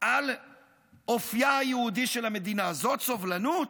על אופייה היהודי של המדינה, זאת סובלנות?